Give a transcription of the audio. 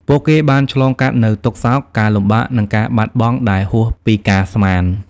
ពួកគេបានឆ្លងកាត់នូវទុក្ខសោក ការលំបាក និងការបាត់បង់ដែលហួសពីការស្មាន។